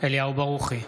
אליהו ברוכי,